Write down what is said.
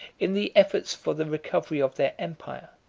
in the efforts for the recovery of their empire,